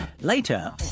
later